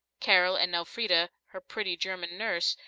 carol and elfrida, her pretty german nurse,